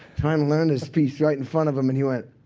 trying to learn this piece right in front of him. and he went,